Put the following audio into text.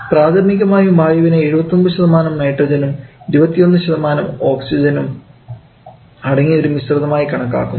പ്രാഥമികമായി ആയി വായുവിനെ 79 നൈട്രജനും 21 ഓക്സിജനും അടങ്ങിയ ഒരു മിശ്രിതമായി കണക്കാക്കുന്നു